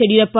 Yediyurappa